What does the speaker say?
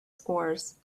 scores